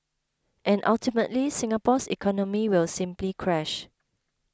and ultimately Singapore's economy will simply crash